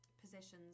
positions